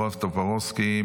בועז טופורובסקי,